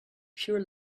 pure